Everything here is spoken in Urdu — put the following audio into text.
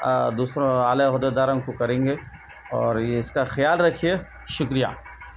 دوسرے اعلیٰ عہدیداروں کو کریں گے اور یہ اس کا خیال رکھیے شکریہ